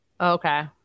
okay